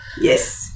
yes